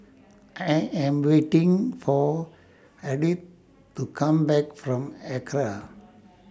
I Am waiting For Ardith to Come Back from Acra